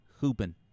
hooping